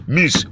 Miss